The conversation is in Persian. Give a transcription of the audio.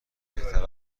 بهتر